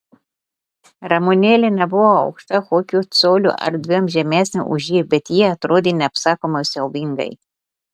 ramunėlė nebuvo aukšta kokiu coliu ar dviem žemesnė už jį bet ji atrodė neapsakomai siaubingai